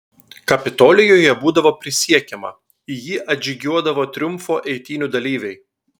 kapitolijuje buvo prisiekiama į jį atžygiuodavo triumfo eitynių dalyviai